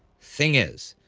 thing is,